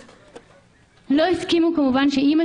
היא ממשיכה ואומרת: "לא הסכימו שאמא